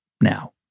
now